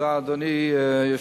תודה, אדוני היושב-ראש.